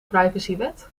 privacywet